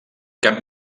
cap